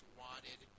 wanted